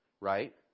Right